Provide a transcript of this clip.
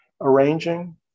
arranging